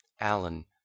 Alan